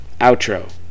Outro